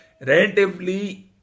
relatively